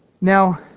Now